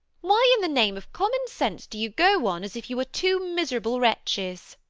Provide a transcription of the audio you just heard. why in the name of common sense do you go on as if you were two miserable wretches?